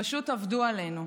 פשוט עבדו עלינו.